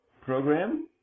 program